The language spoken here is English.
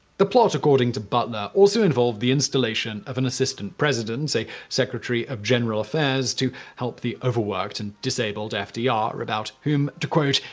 the plot, according to butler, also involved the installation of an assistant president, a secretary of general affairs, to help the overworked and disabled ah fdr, about whom, to quote,